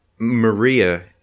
Maria